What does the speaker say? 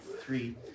three